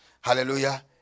Hallelujah